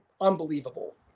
unbelievable